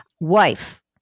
Wife